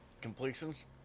Completions